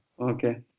Okay